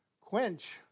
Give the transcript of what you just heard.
quench